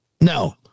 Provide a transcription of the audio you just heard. No